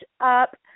up